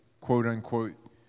quote-unquote